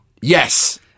Yes